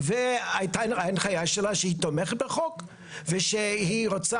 והייתה הנחיה שלה שהיא תומכת בחוק ושהיא רוצה